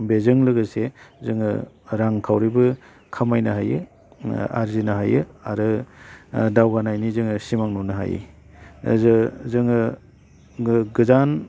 बेजों लोगोसे जोङो रांखावरिबो खामायनो हायो आरजिनो हायो आरो दावगानायनि जोङो सिमां नुनो हायो जो जोङो गोजान